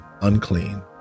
unclean